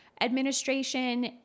administration